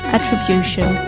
Attribution